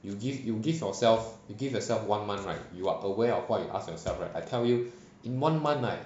you give you give yourself you give yourself one month right you are aware of what you ask yourself right I tell you in one month right